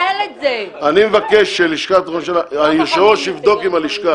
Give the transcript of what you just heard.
עם ------ אני מבקש שהיושב-ראש יבדוק עם הלשכה